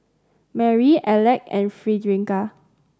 Marry Aleck and Frederica